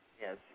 Yes